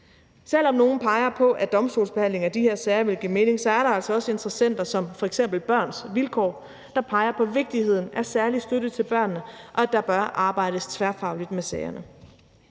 Selv om nogle peger på, at domstolsbehandling af de her sager vil give mening, er der altså også interessenter som f.eks. Børns Vilkår, der peger på vigtigheden af særlig støtte til børnene, og at der bør arbejdes tværfagligt med sagerne.